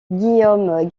guillaume